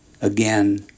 again